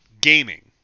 gaming